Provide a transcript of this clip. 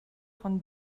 von